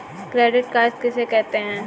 Credit card किसे कहते हैं?